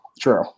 True